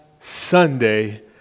Sunday